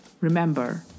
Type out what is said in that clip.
remember